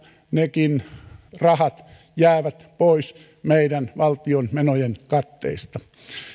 nekin rahat jäävät pois meidän valtion menojen katteista